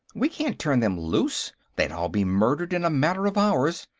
we can't turn them loose they'd all be murdered in a matter of hours,